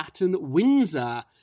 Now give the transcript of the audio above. Windsor